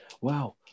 Wow